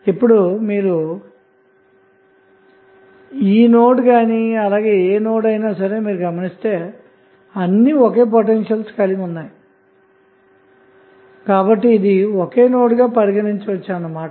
ఇప్పుడు మీరు ఈ నోడ్ గాని మరి ఏ నోడ్ అయినా గాని గమనిస్తే అన్నీ ఒకే పొటెన్షియల్ కలిగివున్నాయి కాబట్టి ఇది ఒకే నోడ్ గా పరిగణించవచ్చు అన్న మాట